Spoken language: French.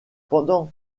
pendant